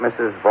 Mrs